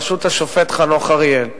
בראשות השופט חנוך אריאל.